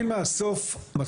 לא